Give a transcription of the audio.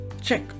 check